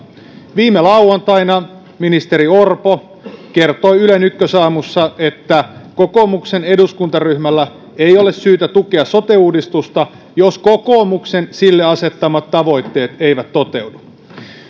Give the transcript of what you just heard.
viime lauantaina ministeri orpo kertoi ylen ykkösaamussa että kokoomuksen eduskuntaryhmällä ei ole syytä tukea sote uudistusta jos kokoomuksen sille asettamat tavoitteet eivät toteudu